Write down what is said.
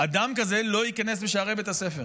אדם כזה לא ייכנס בשערי בית הספר.